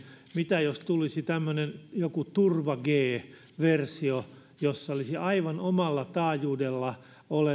mitä jos tulisi joku tämmöinen turva g versio jossa olisi aivan omalla taajuudellaan